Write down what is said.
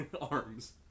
arms